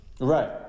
Right